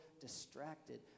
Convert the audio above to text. distracted